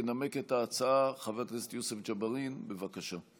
ינמק את ההצעה חבר הכנסת יוסף ג'בארין, בבקשה.